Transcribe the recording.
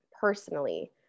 personally